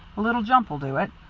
a little jump'll do it.